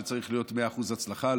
שצריך להיות 100% הצלחה.